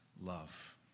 love